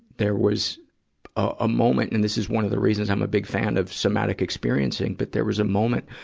there was a, a moment and this is one of the reasons i'm a big fan of somatic experiencing but there was a moment,